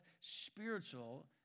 spiritual